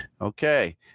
Okay